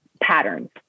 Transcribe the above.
patterns